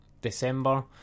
December